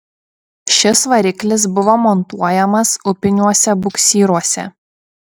šis variklis buvo montuojamas upiniuose buksyruose